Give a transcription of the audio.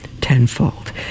Tenfold